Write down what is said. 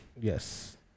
Yes